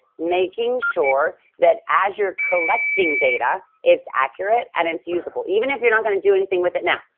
making sure that as you're collecting data, it's accurate and it's usable. even if you're not gonna do anything with it now.